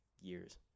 years